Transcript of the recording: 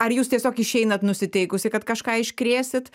ar jūs tiesiog išeinat nusiteikusi kad kažką iškrėsit